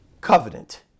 covenant